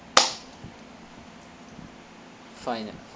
finan~